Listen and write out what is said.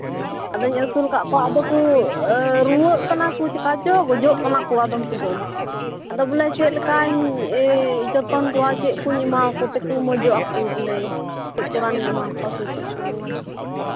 ᱟᱫᱚᱧ ᱟᱹᱥᱩᱞ ᱠᱟᱜ ᱠᱚᱣᱟ ᱟᱫᱚ ᱠᱚ ᱨᱩᱣᱟᱹᱜ ᱠᱟᱱᱟ ᱠᱚ ᱪᱤᱠᱟᱹ ᱪᱚᱝ ᱜᱚᱡᱚᱜ ᱠᱟᱱᱟ ᱠᱚ ᱟᱫᱚᱢ ᱠᱚᱫᱚ ᱟᱫᱚ ᱵᱚᱞᱮ ᱪᱮᱫ ᱞᱮᱠᱟᱧ ᱡᱚᱛᱚᱱ ᱠᱚᱣᱟ ᱪᱮᱫ ᱠᱚᱧ ᱮᱢᱟᱣ ᱟᱠᱚ ᱛᱮᱜᱮ ᱢᱚᱡᱚᱜ ᱟᱠᱚ ᱵᱚᱞᱮ ᱪᱮᱫ ᱠᱚ ᱨᱟᱱᱤᱧ ᱮᱢᱟᱣ ᱠᱚᱣᱟ ᱥᱮ ᱪᱮᱫ ᱠᱚ